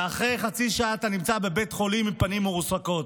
ואחרי חצי שעה אתה נמצא בבית חולים עם פנים מרוסקות.